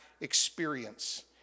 experience